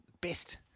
best